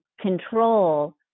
control